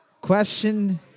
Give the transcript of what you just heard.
Question